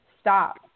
stop